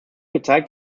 gezeigt